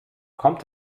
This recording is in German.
kommt